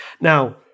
Now